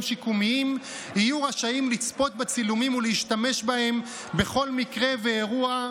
שיקומיים יהיו רשאים לצפות בצילומים ולהשתמש בהם בכל מקרה ואירוע,